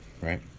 right